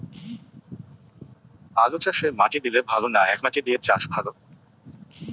আলুচাষে মাটি দিলে ভালো না একমাটি দিয়ে চাষ ভালো?